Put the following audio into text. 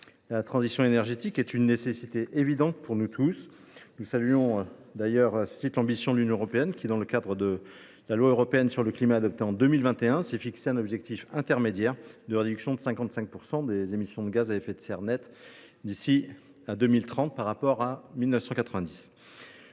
La transition énergétique est une nécessité évidente pour nous tous. Nous saluons à ce titre l’ambition de l’Union européenne, qui, dans le cadre de la loi européenne sur le climat adoptée en 2021, s’est fixé un objectif intermédiaire de réduction de 55 % des émissions de gaz à effet de serre d’ici à 2030 par rapport à 1990.